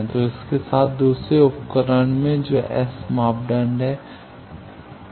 तो इसके साथ दूसरे उपकरण में जो S मापदंड है